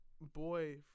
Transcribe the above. boy